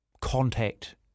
contact